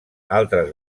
altres